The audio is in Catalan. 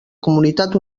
comunitat